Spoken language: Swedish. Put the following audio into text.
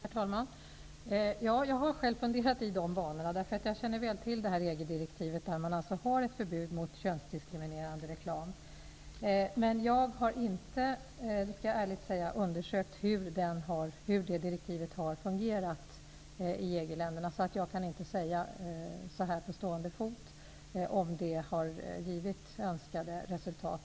Herr talman! Ja, jag har själv funderat i dessa banor. Jag känner väl till detta EG-direktiv, som innebär ett förbud mot könsdiskriminerande reklam. Men jag skall ärligt säga att jag inte har undersökt hur det direktivet har fungerat i EG länderna. Jag kan inte på stående fot säga om det har givit önskade resultat.